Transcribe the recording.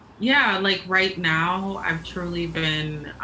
yeah. like right now i've truly been.